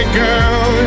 girl